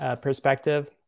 perspective